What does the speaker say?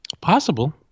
Possible